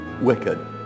wicked